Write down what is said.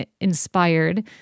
inspired